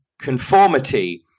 conformity